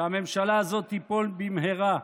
שהממשלה הזאת תיפול במהרה.